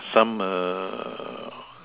some err